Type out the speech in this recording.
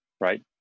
right